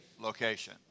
Location